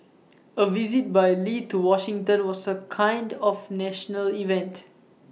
A visit by lee to Washington was A kind of national event